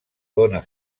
dóna